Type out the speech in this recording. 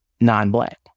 non-black